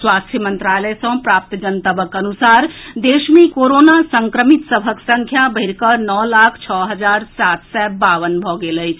स्वास्थ्य मंत्रालय सँ प्राप्त जनतबक अनुसार देश मे कोरोना संक्रमित सभक संख्या बढ़िकऽ नओ लाख छओ हजार सात सय बावन भऽ गेल अछि